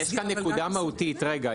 רגע,